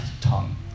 tongue